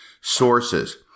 sources